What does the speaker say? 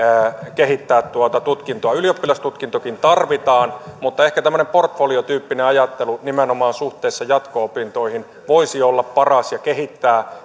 kehittää tuota tutkintoa ylioppilastutkintoakin tarvitaan mutta ehkä tämmöinen portfoliotyyppinen ajattelu nimenomaan suhteessa jatko opintoihin voisi olla paras ja kehittää